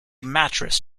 mattress